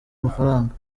amafaranga